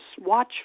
watch